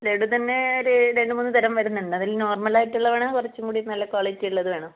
ലഡു തന്നെ ഒരു രണ്ടു മൂന്ന് തരം വരുന്നുണ്ട് അതിൽ നോർമലായിട്ടുള്ളത് വേണോ കുറച്ചും കൂടി നല്ല ക്വാളിറ്റി ഉള്ളത് വേണോ